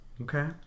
Okay